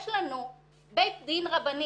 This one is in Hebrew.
יש לנו בית דין רבני,